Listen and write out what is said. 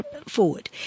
forward